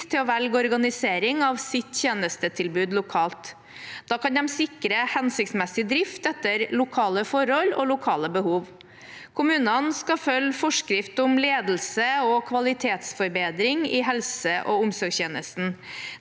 til å velge organisering av sitt tjenestetilbud lokalt. Da kan de sikre hensiktsmessig drift etter lokale forhold og lokale behov. Kommunene skal følge forskrift om ledelse og kvalitetsforbedring i helse- og omsorgstjenesten.